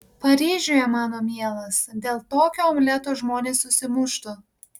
paryžiuje mano mielas dėl tokio omleto žmonės susimuštų